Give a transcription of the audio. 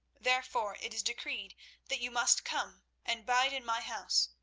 therefore it is decreed that you must come and bide in my house.